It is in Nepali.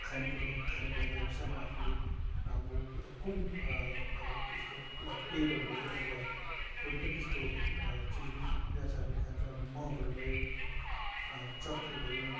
खाने कुरो खानुको लागि अब सानो आफूले अब कुन अब यस्तो प्ले प्लेटहरू भयो अथवा कुनै पनि त्यस्तो चिजबिज जहाँ चाहिँ आफूले खान्छ अथवा मगहरू भयो चक्कु भयो